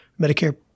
Medicare